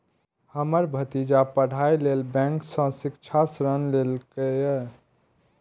हमर भतीजा पढ़ाइ लेल बैंक सं शिक्षा ऋण लेलकैए